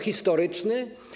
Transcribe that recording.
Historyczny?